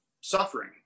suffering